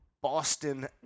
Boston